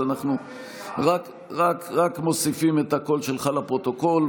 אז אנחנו רק מוסיפים את הקול שלך לפרוטוקול.